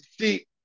See